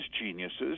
geniuses